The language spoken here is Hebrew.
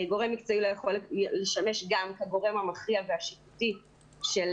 גורם מקצועי לא יכול לשמש גם כגורם המכריע והשיפוטי של